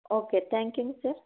okay thank யூங்க sir